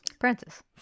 Francis